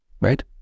right